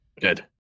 Good